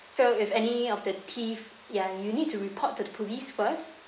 so if any of the thief ya you need to report to the police first